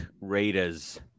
Raiders